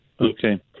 Okay